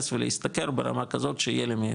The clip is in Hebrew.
ולהשתכר ברמה כזאת שיהיה לי מאיפה,